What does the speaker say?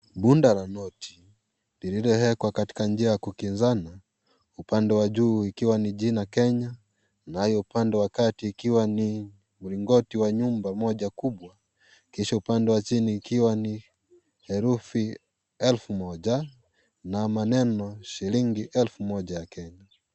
Bunda la noti lililowekwa katika njia ya kukizana. Upande wa juu ikiwa ni jina Kenya nayo upande wa kati ukiwa ni mlingoti wa nyumba moja kubwa, kisha upande wa chini ikiwa ni herufi elfu moja na maneno 'shilingi elfu moja ya Kenya'.